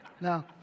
no